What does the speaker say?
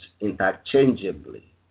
interchangeably